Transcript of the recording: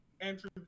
Andrew